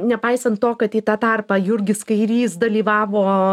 nepaisant to kad į tą tarpą jurgis kairys dalyvavo